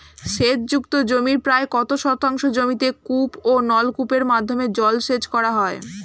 সেচ যুক্ত জমির প্রায় কত শতাংশ জমিতে কূপ ও নলকূপের মাধ্যমে জলসেচ করা হয়?